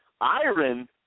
Iron